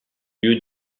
lieu